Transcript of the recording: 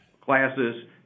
classes